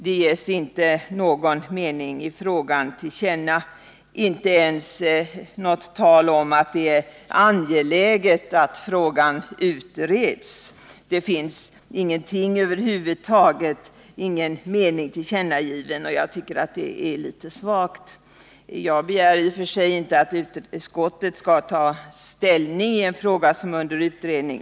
Det ges över huvud taget inte någon mening i frågan till känna, och det talas inte ens om att det är angeläget att frågan utreds. Jag tycker att det är litet svagt. Jag begär i och för sig inte att utskottet skall ta ställning i en fråga som är under utredning.